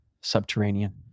subterranean